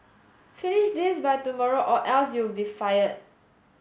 finish this by tomorrow or else you'll be fired